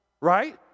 Right